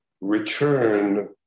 return